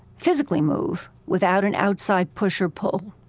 physically move without an outside push or pull,